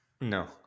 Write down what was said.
No